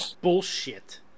Bullshit